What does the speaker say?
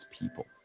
people